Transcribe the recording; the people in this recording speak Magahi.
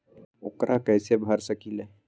ऊकरा कैसे भर सकीले?